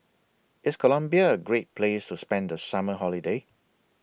IS Colombia A Great Place to spend The Summer Holiday